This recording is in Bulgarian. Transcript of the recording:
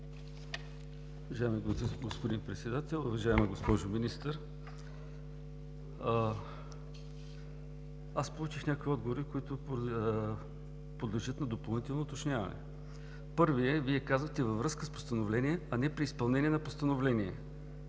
Уважаеми господин Председател, уважаема госпожо Министър! Получих някои отговори, които подлежат на допълнително уточняване. Първият, Вие казахте: във връзка с постановление, а не: при изпълнение на постановление,